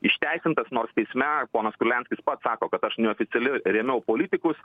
išteisintas nors teisme ponas kurlianskis pats sako kad aš neoficialiai rėmiau politikus